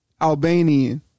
Albanian